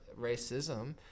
racism